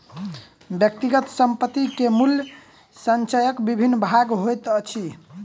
व्यक्तिगत संपत्ति के मूल्य संचयक विभिन्न भाग होइत अछि